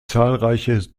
zahlreiche